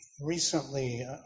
recently